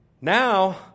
Now